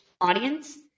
audience